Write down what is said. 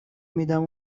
میدم